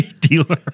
dealer